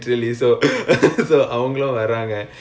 oh ya